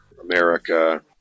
America